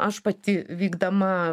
aš pati vykdama